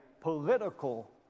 political